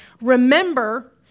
Remember